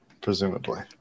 presumably